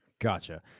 Gotcha